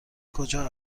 کجا